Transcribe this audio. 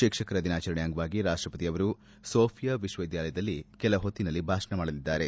ಶಿಕ್ಷಕರ ದಿನಾಚರಣೆ ಅಂಗವಾಗಿ ರಾಷ್ಷಪತಿ ಅವರು ಸೋಫಿಯಾ ವಿಶ್ವವಿದ್ನಾಲಯದಲ್ಲಿ ಕೆಲಹೊತ್ತಿನಲ್ಲಿ ಭಾಷಣ ಮಾಡಲಿದ್ದಾರೆ